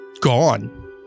gone